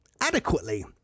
adequately